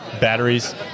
batteries